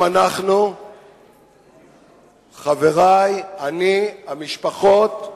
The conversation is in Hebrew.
אנחנו, חברי, אני, המשפחות,